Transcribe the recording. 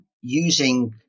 using